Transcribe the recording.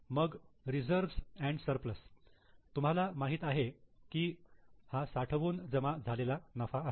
मग reserve and surplus reserves surplus तुम्हाला माहित आहे की हा साठवून जमा झालेला नफा आहे